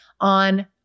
on